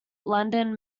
london